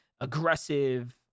aggressive